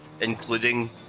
including